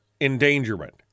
endangerment